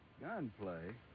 Gunplay